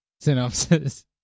synopsis